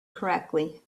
correctly